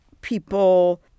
people